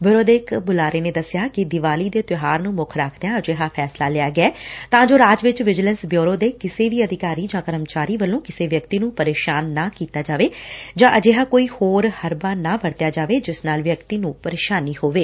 bureau ਦੇ ਇਕ ਬੁਲਾਰੇ ਨੇ ਦਸਿਆ ਕਿ ਦੀਵਾਲੀ ਦੇ ਤਿਉਹਾਰ ਨੂੰ ਮੁੱਖ ਰੱਖਦਿਆਂ ਅਜਿਹਾ ਫੈਸਲਾ ਲਿਆ ਗਿਐ ਤਾਂ ਜੋ ਰਾਜ ਵਿਚ ਵਿਂਜੀਲੈ'ਸ ਬਿਉਰੋ ਦੇ ਕਿਸੇ ਵੀ ਅਧਿਕਾਰੀ ਜਾਂ ਕਰਮਚਾਰੀ ਵੱਲੋ' ਕਿਸੇ ਵਿਅਕਤੀ ਨੂੰ ਪ੍ਰੇਸ਼ਾਨ ਨਾ ਕੀਤਾ ਜਾਵੇ ਜਾਂ ਅਜਿਹਾ ਕੋਈ ਹੋਰ ਹਰਬਾ ਨਾ ਵਰਤਿਆ ਜਾਏ ਜਿਸ ਨਾਲ ਵਿਅਕਤੀ ਨੂੰ ਪ੍ਰੇਸ਼ਾਨੀ ਹੋਵੇ